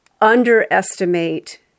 underestimate